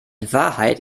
wahrheit